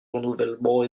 renouvellement